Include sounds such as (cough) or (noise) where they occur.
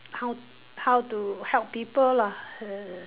how how to help people lah (noise)